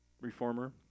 reformer